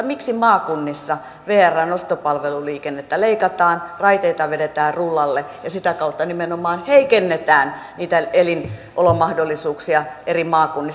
miksi maakunnissa vrn ostopalveluliikennettä leikataan raiteita vedetään rullalle ja sitä kautta nimenomaan heikennetään niitä elinolomahdollisuuksia eri maakunnissa